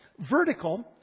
vertical